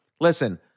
listen